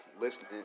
listening